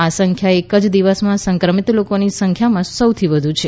આ સંખ્યા એક જ દિવસમાં સંક્રમિત લોકોની સંખ્યામાં સૌથી વધુ સંખ્યા છે